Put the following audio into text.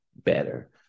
better